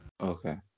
Okay